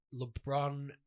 LeBron